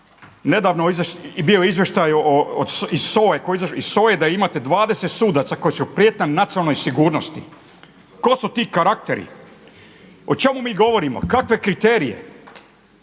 Nedavno je bio izvještaj iz SOA-e da imate 20 sudaca koji su prijetnja nacionalnoj sigurnosti. Tko su ti karakteri? O čemu mi govorimo, kakve kriterije?